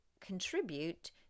contribute